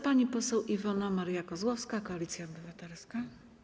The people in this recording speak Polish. Pani poseł Iwona Maria Kozłowska, Koalicja Obywatelska.